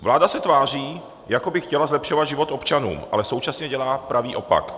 Vláda se tváří, jako by chtěla zlepšovat život občanům, ale současně dělá pravý opak.